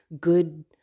good